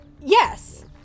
Yes